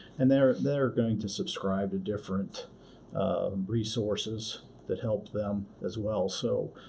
and they're they're going to subscribe to different resources that help them, as well. so,